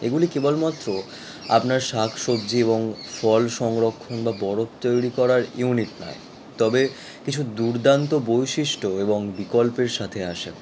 এগুলি কেবলমাত্র আপনার শাক সবজি এবং ফল সংরক্ষণ বা বরফ তৈরি করার ইউনিট নয় তবে কিছু দুর্দান্ত বৈশিষ্ট্য এবং বিকল্পের সাথে আসে